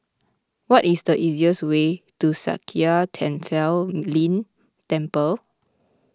what is the easiest way to Sakya Tenphel Ling Temple